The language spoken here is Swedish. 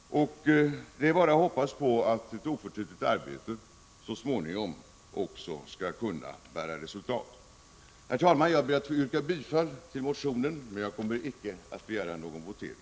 Det är bara att hoppas att ett oförtrutet arbete så småningom också skall kunna ge resultat. Herr talman! Jag ber att få yrka bifall till motionen, men jag kommer icke att begära någon votering.